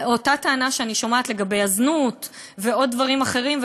אותה טענה שאני שומעת לגבי הזנות ועוד דברים אחרים,